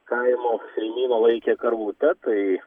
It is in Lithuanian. kaimo šeimyna laikė karvutę tai